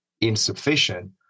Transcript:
insufficient